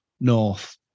north